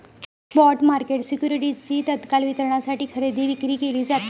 spot market सिक्युरिटीजची तत्काळ वितरणासाठी खरेदी विक्री केली जाते